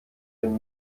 den